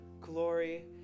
glory